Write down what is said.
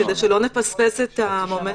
כדי שלא נפספס את המומנטום.